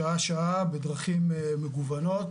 שעה-שעה בדרכים מגוונות,